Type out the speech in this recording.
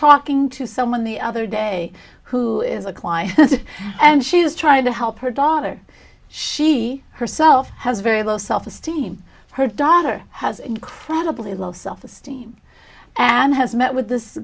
talking to someone the other day who is a client and she was trying to help her daughter she herself has very low self esteem her daughter has incredibly low self esteem and has met with this